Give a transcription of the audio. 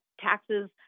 taxes